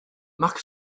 mark